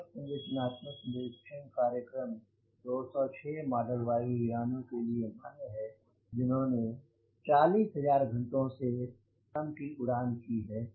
पूरक संरचनात्मक निरीक्षण कार्यक्रम 206 मॉडल वायु यानों के लिए मान्य है जिन्होंने 40000 घंटों से कम की उड़ान की है